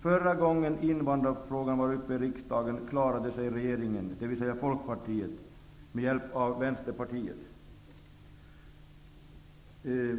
Förra gången invandrarfrågan var uppe i riksdagen klarade sig regeringen, dvs. Folkpartiet, med hjälp av Vänsterpartiet. Nu har